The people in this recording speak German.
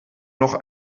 noch